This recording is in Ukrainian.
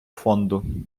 фонду